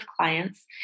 clients